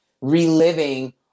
reliving